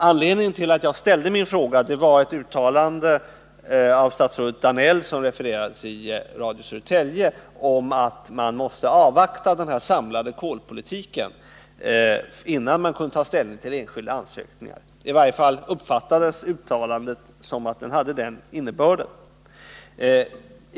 Anledningen till att jag ställde min fråga var ett uttalande av statsrådet Danell som refererades i Radio Södertälje om att man måste avvakta den samlade kolpolitiken innan man kunde ta ställning till enskilda ansökningar. I varje fall uppfattades uttalandet som om det hade den innebörden.